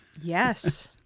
Yes